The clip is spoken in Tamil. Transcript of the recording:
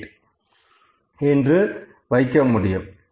8 என்று வைக்க முடியும்